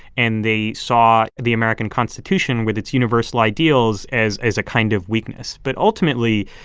and they saw the american constitution, with its universal ideals, as as a kind of weakness. but ultimately,